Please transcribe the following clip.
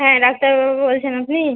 হ্যাঁ ডাক্তারবাবু বলছেন আপনি